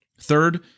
Third